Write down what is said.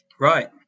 Right